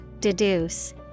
deduce